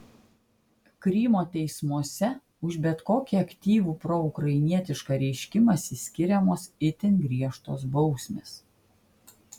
krymo teismuose už bet kokį aktyvų proukrainietišką reiškimąsi skiriamos itin griežtos bausmės